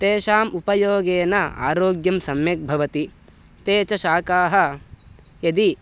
तेषाम् उपयोगेन आरोग्यं सम्यक् भवति ते च शाकाः यदि